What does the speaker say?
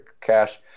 cash